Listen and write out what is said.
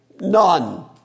none